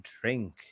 drink